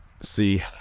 see